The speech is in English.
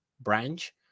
branch